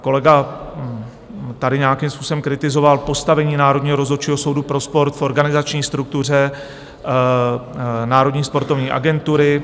Kolega tady nějakým způsobem kritizoval postavení Národního rozhodčího soudu pro sport v organizační struktuře Národní sportovní agentury.